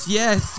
yes